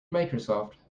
microsoft